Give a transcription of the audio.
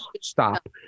stop